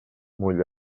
mullat